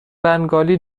بنگالی